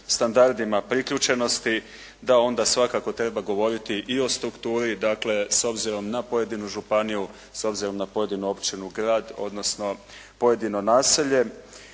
standardima priključenosti da onda svakako treba govoriti i o strukturi, dakle s obzirom na pojedinu županiju, s obzirom na pojedinu općinu, grad, odnosno pojedino naselje.